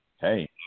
hey